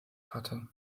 hatte